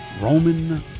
Roman